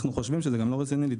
אנחנו גם חושבים שזה לא רציני.